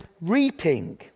reaping